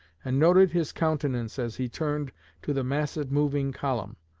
and noted his countenance as he turned to the massive moving column.